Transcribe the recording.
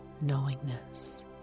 knowingness